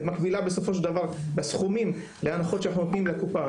מקבילה בסופו של דבר בסכומים להנחות שאנחנו נותנים לקופה.